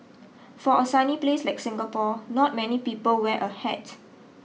for a sunny place like Singapore not many people wear a hat